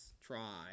try